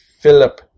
Philip